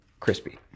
crispy